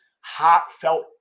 heartfelt